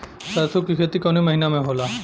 सरसों का खेती कवने महीना में होला?